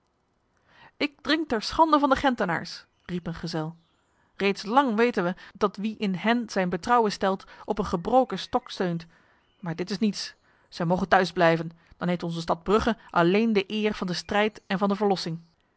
ik drink ter schande van de gentenaars riep een gezel reeds lang weten wij dat wie in hen zijn betrouwen stelt op een gebroken stok steunt maar dit is niets zij mogen thuis blijven dan heeft onze stad brugge alleen de eer van de strijd en van de verlossing